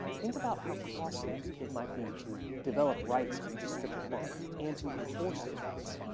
think about how costly it might be to develop rights in a descriptive mark and to enforce those rights.